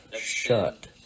Shut